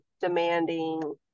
demanding